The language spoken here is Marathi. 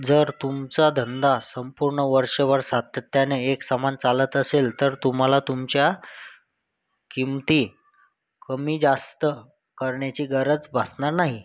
जर तुमचा धंदा संपूर्ण वर्षभर सातत्याने एकसमान चालत असेल तर तुम्हाला तुमच्या किमती कमीजास्त करण्याची गरज भासणार नाही